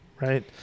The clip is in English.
right